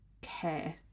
care